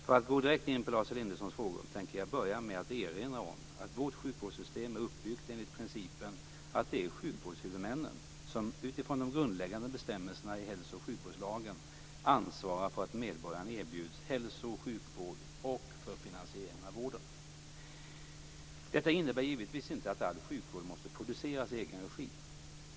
För att gå direkt in på Lars Elindersons frågor tänker jag börja med att erinra om att vårt sjukvårdssystem är uppbyggt enligt principen att det är sjukvårdshuvudmännen som, utifrån de grundläggande bestämmelserna i hälso och sjukvårdslagen, ansvarar för att medborgarna erbjuds hälso och sjukvård och för finansieringen av vården. Detta innebär givetvis inte att all sjukvård måste produceras i egen regi.